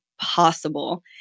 possible